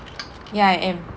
ya I am